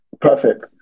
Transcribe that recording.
perfect